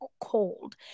cold